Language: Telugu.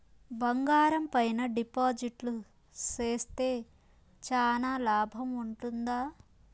బంగారం పైన డిపాజిట్లు సేస్తే చానా లాభం ఉంటుందా?